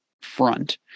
front